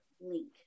link